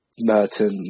Merton